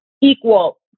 equal